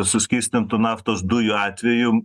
suskystintų naftos dujų atveju